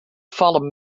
vallen